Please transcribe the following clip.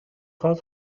خواد